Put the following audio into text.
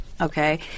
Okay